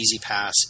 EasyPass